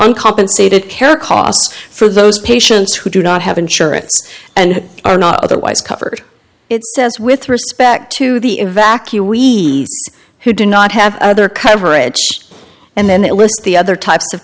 uncompensated care costs for those patients who do not have insurance and are not otherwise covered it says with respect to the evacuees who do not have their coverage and then it lists the other types of